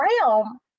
realm